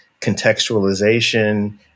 contextualization